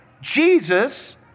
Jesus